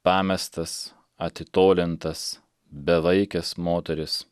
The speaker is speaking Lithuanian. pamestas atitolintas bevaikes moteris